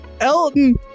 Elton